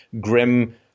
grim